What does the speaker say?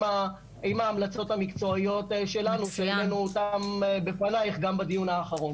אם ההמלצות המקצועיות שלנו שהעלנו אותם בפניך גם בדיון האחרון.